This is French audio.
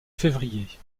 février